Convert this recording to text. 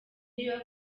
york